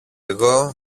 εγώ